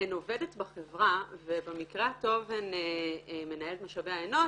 הן עובדת בחברה ובמקרה הטוב הן מנהלת משאבי אנוש,